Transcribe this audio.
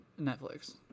netflix